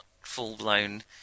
full-blown